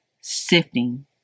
sifting